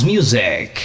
Music